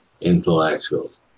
intellectuals